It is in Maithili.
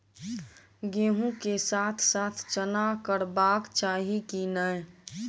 गहुम केँ साथ साथ चना करबाक चाहि की नै?